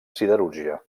siderúrgia